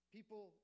People